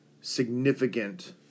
significant